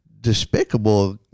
despicable